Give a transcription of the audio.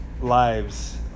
lives